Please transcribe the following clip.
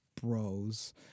bros